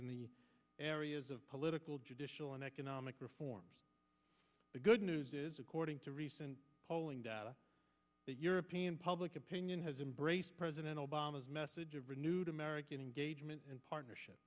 in the areas of political judicial and economic reforms the good news is according to recent polling data that european public opinion has embraced president obama's message of renewed american engagement and partnership